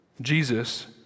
Jesus